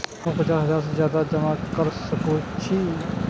हमू पचास हजार से ज्यादा जमा कर सके छी?